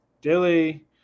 Dilly